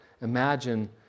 imagine